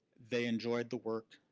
they enjoyed the work,